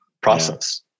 process